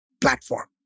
platform